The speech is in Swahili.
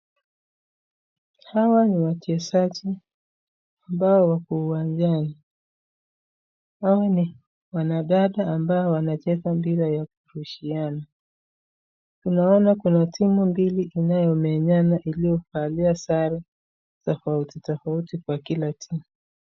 Hawa ni wachezaji ambao wako uwanjani , hawa ni wanadada ambao wanacheza mpira ya kurushiana, naona Kuna timu mbili wanomenyana uliyovalia sare tafauti tafauti kwa kila timu.